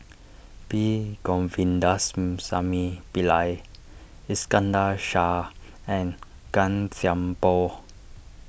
P Govindasamy Pillai Iskandar Shah and Gan Thiam Poh